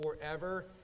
forever